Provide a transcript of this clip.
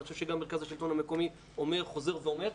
אני חושב שגם מרכז השלטון המקומי חוזר ואומר,